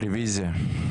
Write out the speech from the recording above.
שמונה.